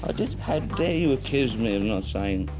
ah did. how dare you accuse me of not saying.